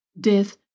death